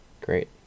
Great